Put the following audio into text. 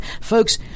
folks